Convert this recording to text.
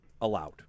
allowed